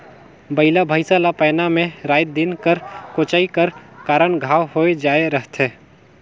बइला भइसा ला पैना मे राएत दिन कर कोचई कर कारन घांव होए जाए रहथे